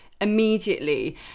immediately